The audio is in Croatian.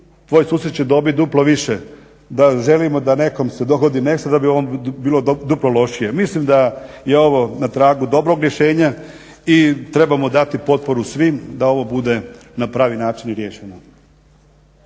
tvoj susjed će dobit duplo više. Da želimo da nekom se dogodi nešto da bi ovom bilo duplo lošije. Mislim da je ovo na tragu dobrog rješenja i trebamo dati potporu svim da ovo bude na pravi način riješeno.